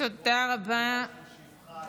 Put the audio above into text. תציע לה לקרוא את סיפורה של שפחה,